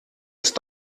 ist